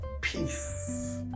peace